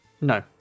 No